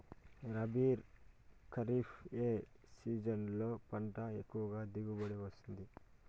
రబీ, ఖరీఫ్ ఏ సీజన్లలో పంట ఎక్కువగా దిగుబడి వస్తుంది